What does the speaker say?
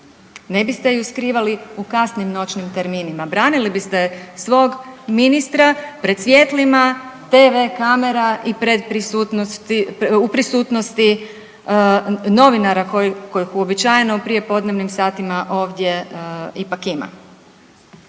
ne biste ju skrivali u kasnim noćnim terminima, branili bi ste svog ministra pred svjetlima tv kamera i u prisutnosti novinara koji uobičajeno u prijepodnevnim satima ovdje ipak ima.